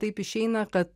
taip išeina kad